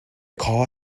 car